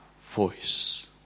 voice